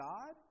God